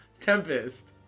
Tempest